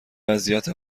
وضعیت